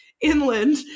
inland